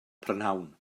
prynhawn